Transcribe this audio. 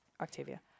Octavia